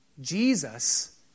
Jesus